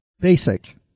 Basic